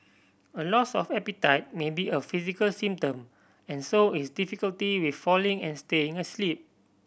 a loss of appetite may be a physical symptom and so is difficulty with falling and staying asleep